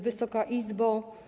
Wysoka Izbo!